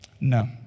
No